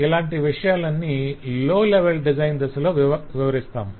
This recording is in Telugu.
ఇలాంటి విషయాలన్నీ లో లెవెల్ డిజైన్ దశలో వివారిస్తాము